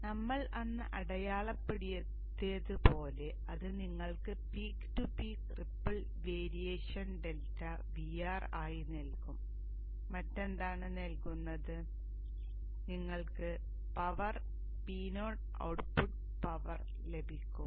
നമ്മൾ അന്ന് അടയാളപ്പെടുത്തിയത് പോലെ അത് നിങ്ങൾക്ക് to peak ripple variation delta Vr ആയി നൽകും മറ്റെന്താണ് നൽകുന്നത് നിങ്ങൾക്ക് പവർ Po ഔട്ട്പുട്ട് പവർ ഉണ്ടാകും